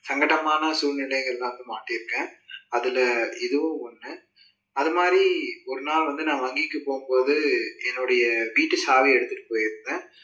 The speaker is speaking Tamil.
சங்கடமான சூழ்நிலைகள் எல்லாமே மாட்டியிருக்கேன் அதில் இதுவும் ஒன்று அது மாதிரி ஒரு நாள் வந்து நான் வங்கிக்கு போகும்போது என்னுடைய வீட்டு சாவி எடுத்துகிட்டு போயிருந்தேன்